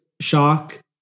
shock